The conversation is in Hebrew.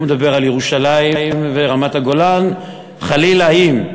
הוא מדבר על ירושלים ורמת-הגולן, חלילה, אם,